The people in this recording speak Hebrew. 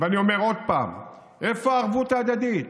ואני אומר עוד פעם: איפה הערבות הדדית?